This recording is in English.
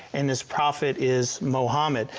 and his prophet is mohammed.